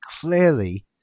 clearly